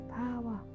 power